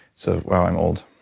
so wow! i'm old.